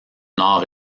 nord